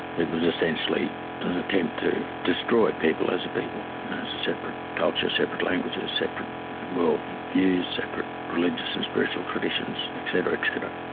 it was essentially an attempt to destroy people as a people and as a separate culture separate languages, separate world view, separate religious and spiritual traditions, etc, etc.